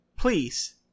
Please